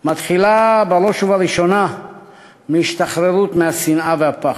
מתחילה בראש ובראשונה בהשתחררות מהשנאה והפחד.